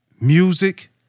music